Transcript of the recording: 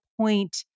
point